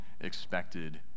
expected